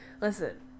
listen